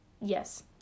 yes